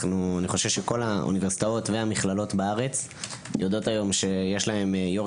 כל האוניברסיטאות והמכללות בארץ יודעות היום שיש להם יו"ר